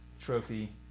trophy